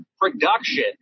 production